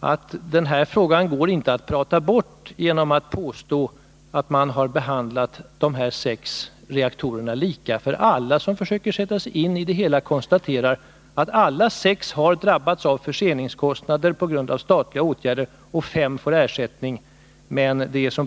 att man inte kan prata bort den här frågan genom att påstå att man har behandlat de sex reaktorerna lika. Alla som försöker sätta sig in i det hela konstaterar att samtliga sex har drabbats av förseningskostnader på grund av statliga åtgärder och att ersättning utgår till fem.